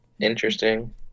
interesting